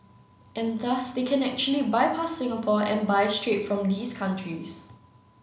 and thus they can actually bypass Singapore and buy straight from these countries